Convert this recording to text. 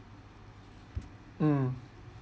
uh